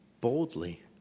boldly